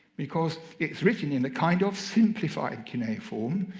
because it's written in a kind of simplified cuneiform.